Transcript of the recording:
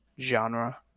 genre